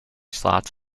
slots